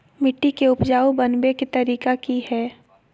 मिट्टी के उपजाऊ बनबे के तरिका की हेय?